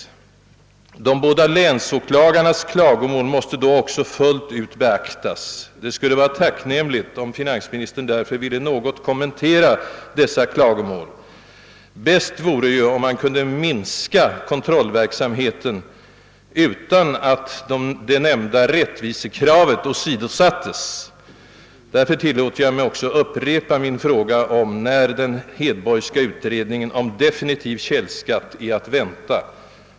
De båda länsåklagarnas klagomål måste då också fullt ut beaktas. Det skulle därför vara tacknämligt om finansministern ville något kommentera dessa klagomål. Bäst vore det naturligtvis om man kunde minska kontrollverksamheten utan att de av finansministern nämnda rättvisekraven åsidosattes. Därför tilllåter jag mig också upprepa min fråga om när den Hedborgska utredningen om definitiv källskatt är att vänta.